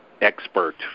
expert